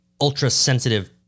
ultra-sensitive